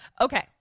Okay